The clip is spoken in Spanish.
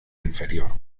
inferior